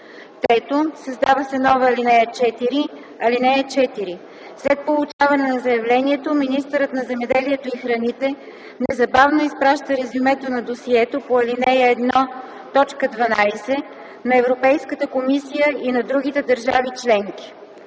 3. Създава се нова ал. 4: „(4) След получаване на заявлението министърът на земеделието и храните незабавно изпраща резюмето на досието по ал. 1, т. 12 на Европейската комисия и на другите държави членки.”